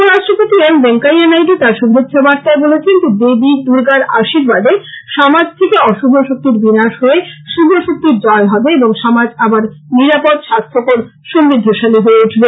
উপ রাষ্ট্রপতি এম ভেঙ্কাইয়া নাইডু তার শুভেচ্ছা বার্তায় বলেছেন যে দেবী র্দগার আর্শীবাদে সমাজ থেকে অশুভ শক্তির বিনাশ হয়ে শুভ শক্তির জয় হবে এবং সমাজ আবার নিরাপদ স্বাস্থ্যকর সমদ্ধশালী হয়ে উঠবে